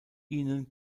ihnen